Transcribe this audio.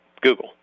Google